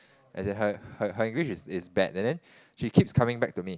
as in her her her English is bad and then she keeps coming back to me